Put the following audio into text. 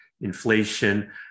inflation